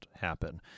happen